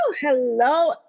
Hello